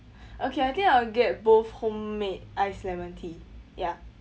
okay I think I will get both homemade ice lemon tea ya